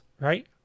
right